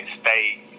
stay